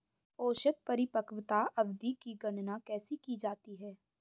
औसत परिपक्वता अवधि की गणना कैसे की जाती है?